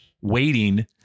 waiting